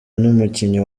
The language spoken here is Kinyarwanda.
numukinnyi